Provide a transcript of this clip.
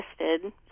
listed